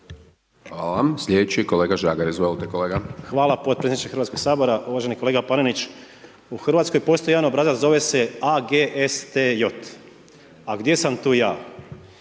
Hvala. Slijedeći je kolega Žagar, izvolite kolega. **Žagar, Tomislav (Nezavisni)** Hvala potpredsjedniče Hrvatskog sabora. Uvaženi kolega Panenić, u Hrvatskoj postoji jedan obrazac, zove se AGSTJ, a gdje sam tu ja.